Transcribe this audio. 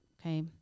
Okay